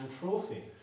Trophy